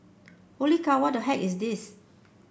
holy cow what the heck is this